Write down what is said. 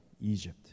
Egypt